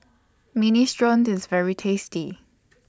Minestrone IS very tasty